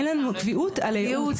אין לנו קביעות על הייעוץ.